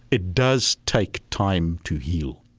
it does take time to heal